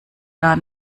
gar